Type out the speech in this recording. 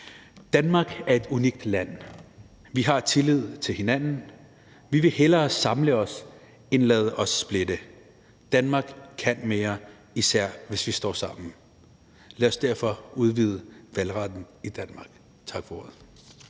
»Danmark er et unikt land. Vi har tillid til hinanden. Vi vil hellere samle os end lade os splitte. Danmark kan mere. Især hvis vi står sammen«. Lad os derfor at udvide valgretten i Danmark. Tak for ordet.